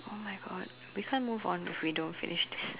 !oh-my-God! we can't move on if we don't finish this